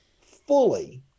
fully